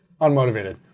Unmotivated